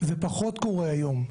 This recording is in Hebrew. זה פחות קורה היום.